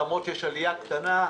למרות שיש עלייה קטנה,